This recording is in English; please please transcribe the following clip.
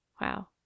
Wow